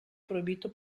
proibito